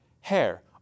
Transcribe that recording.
hair